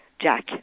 Jack